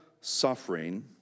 suffering